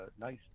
nice